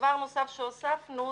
דבר נוסף שהוספנו,